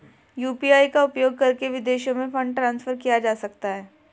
UPI का उपयोग करके विदेशों में फंड ट्रांसफर किया जा सकता है?